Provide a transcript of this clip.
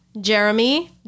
Jeremy